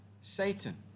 Satan